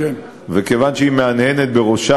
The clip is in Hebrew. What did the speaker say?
כיוון שהיא מהנהנת בראש,